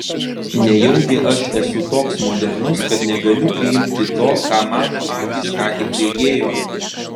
nejaugi aš esu toks modernus kad negaliu priimti to ką mano akys ką tik regėjo